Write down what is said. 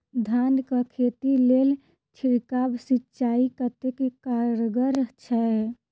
धान कऽ खेती लेल छिड़काव सिंचाई कतेक कारगर छै?